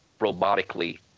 robotically